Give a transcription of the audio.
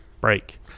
break